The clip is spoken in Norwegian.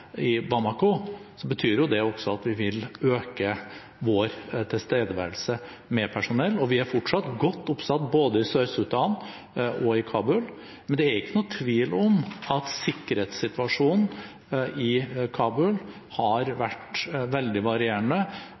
i Bamako, betyr det også at vi vil øke vår tilstedeværelse med personell, og vi er fortsatt godt oppsatt både i Sør-Sudan og i Kabul. Men det er ikke noen tvil om at sikkerhetssituasjonen i Kabul har vært veldig varierende,